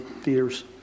theaters